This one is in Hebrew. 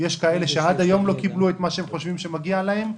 יש כאלה שעד היום לא קיבלו את מה שהם חושבים שמגיע להם.